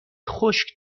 خشک